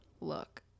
look